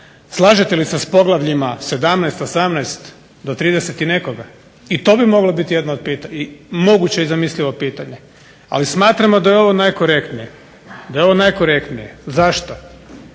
slažete li se s poglavljima 17., 18. do 30 i nekoga. I to bi moglo biti jedno od, moguće i zamislivo pitanje, ali smatramo da je ovo najkorektnije, da